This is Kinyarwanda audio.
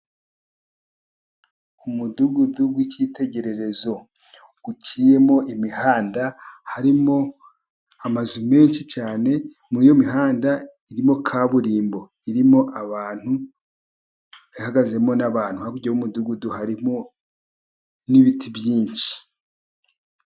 Umudugudu w'icyitegererezo uciyemo imihanda, harimo amazu menshi cyane, muri iyo mihanda irimo kaburimbo, irimo abantu, ihagazemo n'abantu, hakurya y'umudugudu harimo n'ibiti byinshi.